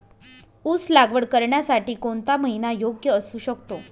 ऊस लागवड करण्यासाठी कोणता महिना योग्य असू शकतो?